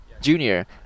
junior